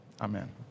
Amen